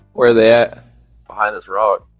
where the bios are ah